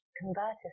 converters